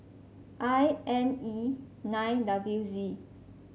I N E nine W Z